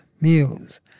meals